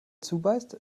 zubeißt